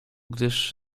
gdyż